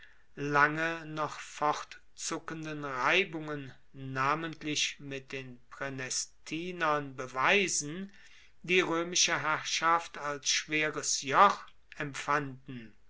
lange noch fortzuckenden reibungen namentlich mit den praenestinern beweisen die roemische herrschaft als schweres joch empfanden